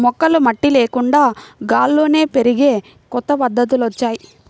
మొక్కలు మట్టి లేకుండా గాల్లోనే పెరిగే కొత్త పద్ధతులొచ్చాయ్